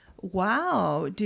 wow